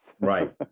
Right